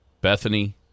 Bethany